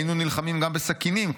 היינו נלחמים גם בסכינים,